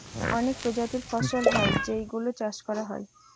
অনেক প্রজাতির ফসল হয় যেই গুলো চাষ করা হয়